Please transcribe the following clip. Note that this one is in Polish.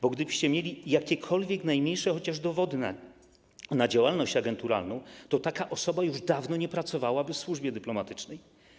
Bo gdybyście mieli jakiekolwiek, chociaż najmniejsze dowody na działalność agenturalną, to taka osoba już dawno nie pracowałaby w służbie dyplomatycznej.